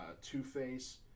Two-Face